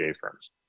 firms